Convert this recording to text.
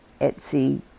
Etsy